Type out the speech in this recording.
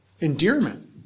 Endearment